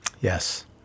Yes